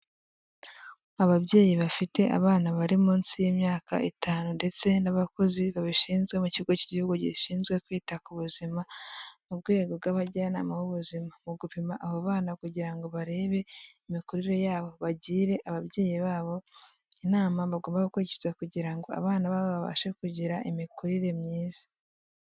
Ababyeyi bafite abana bari munsi y'imyaka itanu ndetse n'abakozi babishinzwe mu kigo k'igihugu gishinzwe kwita ku buzima mu rwego rw'abajyanama b'ubuzima mu gupima abo bana kugira ngo barebe imikurire yabo bagire ababyeyi babo inama bagomba gukurikiza kugira ngo abana babo babashe kugira imikurire myiza.